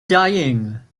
dying